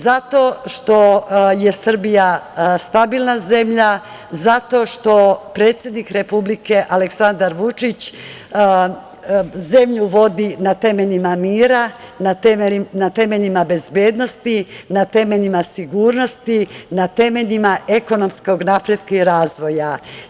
Zato što je Srbija stabilna zemlja, zato što predsednik Republike Aleksandar Vučić zemlju vodi na temeljima mira, na temeljima bezbednosti, na temeljima sigurnosti, na temeljima ekonomskog napretka i razvoja.